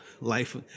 life